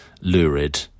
lurid